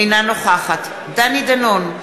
אינה נוכחת דני דנון,